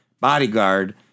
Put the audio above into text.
bodyguard